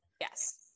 yes